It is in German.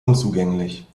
unzugänglich